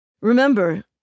Remember